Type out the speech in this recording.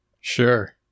sure